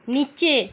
নিচে